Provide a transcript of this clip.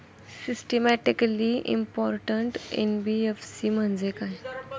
Systematically important NBFC म्हणजे काय?